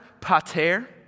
pater